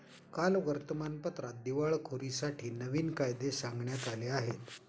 कालच्या वर्तमानपत्रात दिवाळखोरीसाठी नवीन कायदे सांगण्यात आले आहेत